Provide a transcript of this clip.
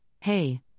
Hey